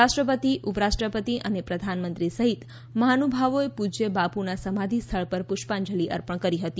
રાષ્ટ્રપતિ ઉપરાષ્ટ્રપતિ અને પ્રધાનમંત્રી સહિત મહાનુભાવોએ પુજય બાપુના સમાધિ સ્થળ પર પુષ્પાંજલી અર્પણ કરી હતી